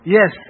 Yes